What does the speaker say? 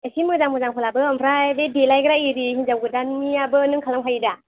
इसे मोजां मोजांखौ लाबो ओमफ्राय बे देलायग्रा इरि हिनजाव गोदाननियाबो नों खालामखायो दा